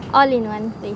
all in one